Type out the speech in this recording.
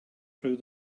through